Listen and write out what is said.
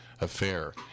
affair